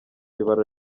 ibara